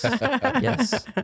Yes